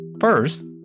First